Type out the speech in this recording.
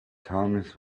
thomas